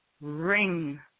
ring